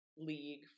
league